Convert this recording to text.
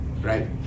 right